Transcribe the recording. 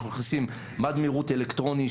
אנחנו מכניסים מד מהירות אלקטרוני,